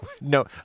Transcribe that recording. no